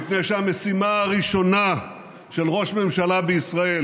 מפני שהמשימה הראשונה של ראש ממשלה בישראל